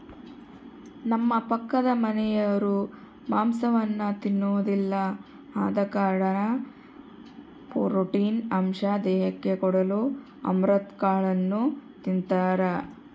ನಮ್ಮ ಪಕ್ಕದಮನೆರು ಮಾಂಸವನ್ನ ತಿನ್ನೊದಿಲ್ಲ ಆದ ಕಾರಣ ಪ್ರೋಟೀನ್ ಅಂಶ ದೇಹಕ್ಕೆ ಕೊಡಲು ಅಮರಂತ್ ಕಾಳನ್ನು ತಿಂತಾರ